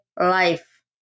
life